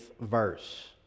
verse